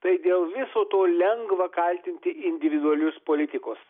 tai dėl viso to lengva kaltinti individualius politikus